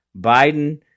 Biden